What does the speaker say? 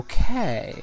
Okay